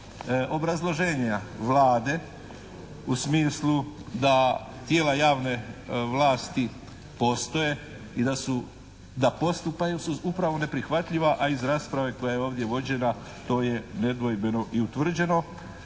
Obrazloženja Vlade u smislu da tijela javne vlasti postoje i da postupaju su upravo neprihvatljiva a iz rasprave koja je ovdje vođena to je nedvojbeno i utvrđeno